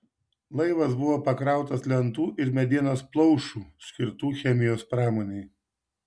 laivas buvo pakrautas lentų ir medienos plaušų skirtų chemijos pramonei